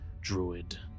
druid